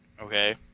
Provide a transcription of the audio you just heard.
Okay